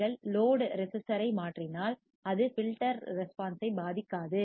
நீங்கள் லோட் மின்தடையத்தை ரெசிஸ்டர் ஐ மாற்றினால் அது ஃபில்டர் ரெஸ்பான்ஸ் ஐ பாதிக்காது